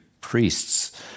priests